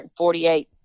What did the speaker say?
148